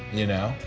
you know?